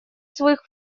своих